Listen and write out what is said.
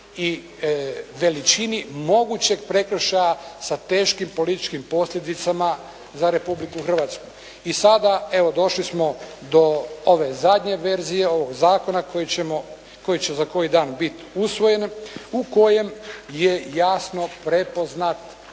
i veličini mogućeg prekršaja sa teškim političkim posljedicama za Republiku Hrvatsku. I sada, evo došli smo do ove zadnje verzije, ovoga zakona koji ćemo, koji će za koji dan biti usvojen u kojem je jasno prepoznat,